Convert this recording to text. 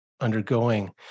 Undergoing